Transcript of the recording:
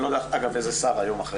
אני אגב לא יודע איזה שר היום אחראי.